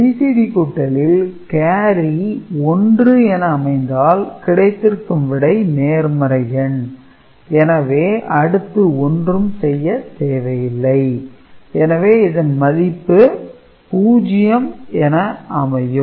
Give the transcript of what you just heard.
BCD கூட்டலில் carry 1 என அமைந்தால் கிடைத்திருக்கும் விடை நேர்மறை எண் எனவே அடுத்து ஒன்றும் செய்ய தேவை இல்லை எனவே இதன் மதிப்பு 0 என அமையும்